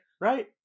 Right